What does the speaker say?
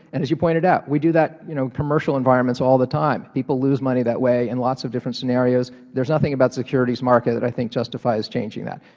and as you pointed out, we do that in you know commercial environments all the time. people lose money that way in lots of difference scenarios. there's nothing about securities market that i think justifies changing that.